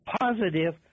positive